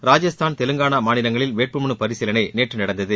ராஜஸ்தான் தெலங்கானா மாநிலங்களில் வேட்புமனு பரிசீலனை நேற்று நடந்தது